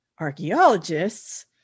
archaeologists